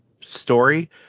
story